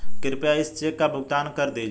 कृपया इस चेक का भुगतान कर दीजिए